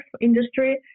industry